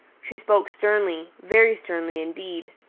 she spoke sternly, very sternly indeed.